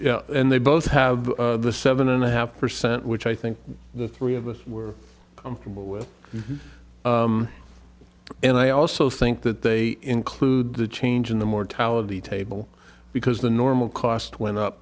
right and they both have the seven and a half percent which i think the three of us were comfortable with and i also think that they include the change in the mortality table because the normal cost went up